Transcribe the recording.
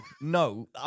No